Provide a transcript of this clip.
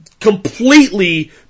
Completely